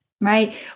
Right